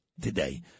today